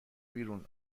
بیرون